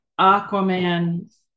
Aquaman